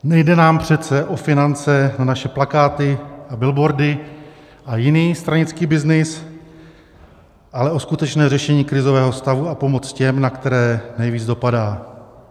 Nejde nám přece o finance na naše plakáty a billboardy a jiný stranický byznys, ale o skutečné řešení krizového stavu a pomoc těm, na které nejvíc dopadá.